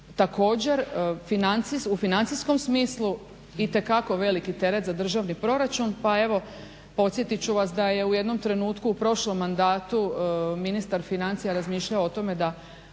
Također, u financijskom smislu itekako veliki teret za državni proračun pa evo podsjetit ću vas da je u jednom trenutku u prošlom mandatu ministar financija razmišljao o tome da